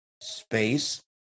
space